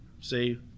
See